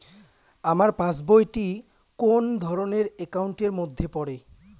আমার পাশ বই টি কোন ধরণের একাউন্ট এর মধ্যে পড়ে?